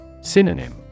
Synonym